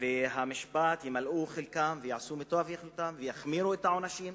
ומערכת המשפט ימלאו את חלקם ויחמירו את העונשים,